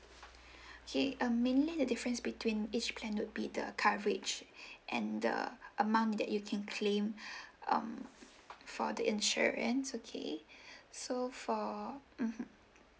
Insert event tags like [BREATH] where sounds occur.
[BREATH] okay um mainly the difference between each plan would be the coverage and the amount that you can claim [BREATH] um for the insurance okay [BREATH] so for mmhmm